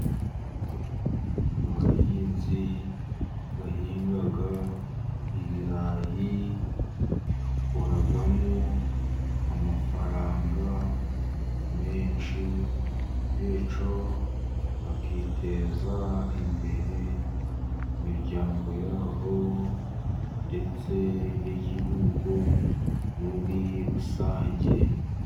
Abahinzi bahinga ibirayi bakuramo amafaranga menshi, bityo bakiteza imbere , imiryango yabo ndetse n'igihugu muri rusange.